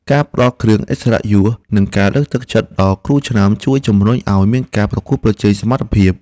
ការផ្តល់គ្រឿងឥស្សរិយយសនិងការលើកទឹកចិត្តដល់គ្រូឆ្នើមជួយជំរុញឱ្យមានការប្រកួតប្រជែងសមត្ថភាព។